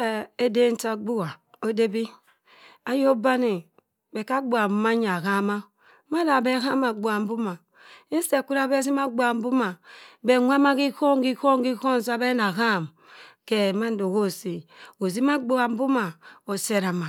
. Ha eden cha agbuha odebi, ayok bani beh ka agbuha mbomanya ahama. mada beh hama agbuka mboma, instead kwuwura be zima aghuha mboma beh nwa ma khighom khighom khighom sa beh naham khe mando hosii ozima agbuha mboma osi exama.